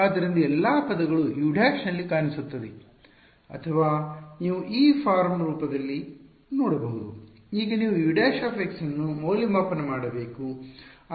ಆದ್ದರಿಂದ ಎಲ್ಲಾ ಪದಗಳು U ′ ನಲ್ಲಿ ಕಾಣಿಸುತ್ತದೆ ಅಥವಾ ನೀವು ಈ ಫಾರ್ಮ್ ರೂಪದಲ್ಲಿ ನೋಡಬಹುದು ಈಗ ನೀವು U ′ ಅನ್ನು ಮೌಲ್ಯಮಾಪನ ಮಾಡಬೇಕು